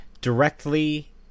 Directly